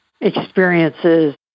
experiences